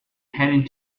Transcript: heading